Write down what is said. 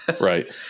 Right